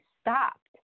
stopped